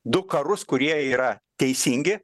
du karus kurie yra teisingi